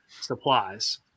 supplies